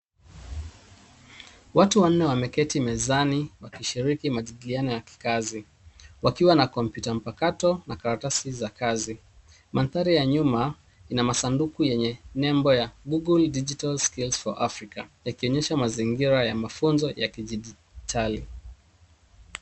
Watu wanne wameketi mezani, wakishiriki majadiliano ya kikazi. Wakiwa na kompyuta mpakato na Karatasi za kazi. Manthari ya nyuma ina masanduku yenye nembo ya google digital scales for Afrika yakionyesha mazingira ya mafunzo ya kidijitali.